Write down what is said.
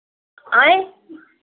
आँय